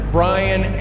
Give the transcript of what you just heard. Brian